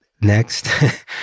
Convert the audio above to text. next